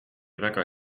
väga